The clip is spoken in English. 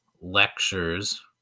lectures